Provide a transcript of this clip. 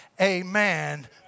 amen